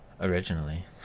Originally